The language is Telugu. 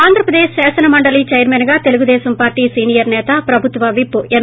ఆంధ్రప్రదేశ్ శాసన మండలీ చైర్మన్గా తెలుగుదేశం పార్షి సీనియర్ నేత ప్రభుత్వ విప్ ఎం